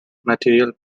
material